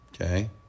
Okay